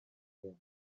gem